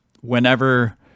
whenever